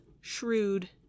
shrewd